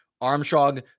Armstrong